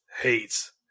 hates